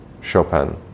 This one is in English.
Chopin